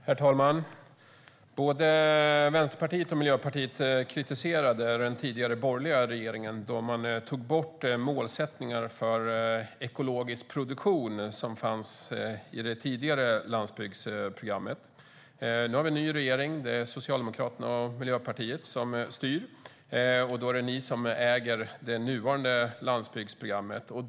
Herr talman! Både Vänsterpartiet och Miljöpartiet kritiserade den tidigare borgerliga regeringen då den tog bort målsättningar för ekologisk produktion, som fanns i det tidigare landsbygdsprogrammet. Nu har vi en ny regering där Socialdemokraterna och Miljöpartiet styr. Det är ni som äger det nuvarande landsbygdsprogrammet, Emma Nohrén.